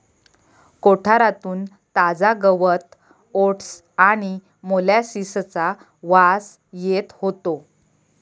कोठारातून ताजा गवत ओट्स आणि मोलॅसिसचा वास येत होतो